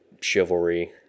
chivalry